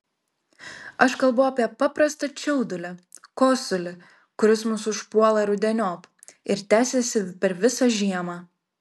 aš kalbu apie paprastą čiaudulį kosulį kuris mus užpuola rudeniop ir tęsiasi per visą žiemą